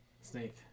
snake